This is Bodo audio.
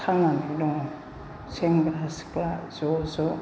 थांनानै दङ सेंग्रा सिख्ला ज' ज'